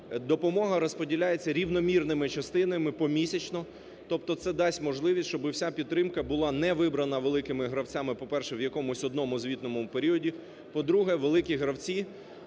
допомога розподіляється рівномірними частинами помісячно, тобто це дасть можливість, щоб вся підтримка була не вибрана великими гравцями, по-перше, в якомусь одному звітному періоді. По-друге, великі гравці